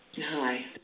Hi